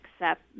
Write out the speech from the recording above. accept